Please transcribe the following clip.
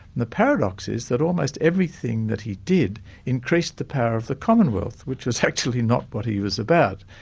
the paradox is that almost everything that he did increased the power of the commonwealth which is actually not what he was about,